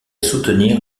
soutenir